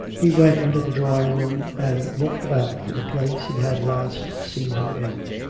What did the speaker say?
he went into the drawing-room, and looked about for the place he had last seen her in.